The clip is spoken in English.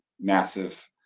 massive